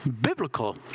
biblical